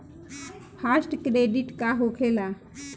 Fast credit का होखेला?